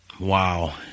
wow